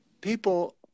People